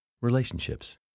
relationships